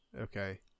Okay